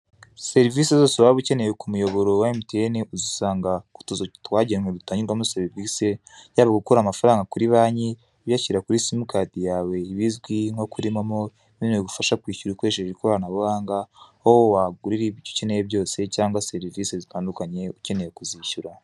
Serivise zose waba ukeneye ku muyoboro wa emutiyene, uzisanga ku tuzu twagenwe tugangurwamo servise yaba gukura amafaranga kuri uyashyira kuri simukadi yawe ibizwi nko kuri momo, ukeneye ubufasha kwishyura ukoresheje ikoranabuhanga, aho wagurira ibyo ukeneye byose cyangwa serivise zitandukanye ukeneye kuzishyura.